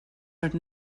are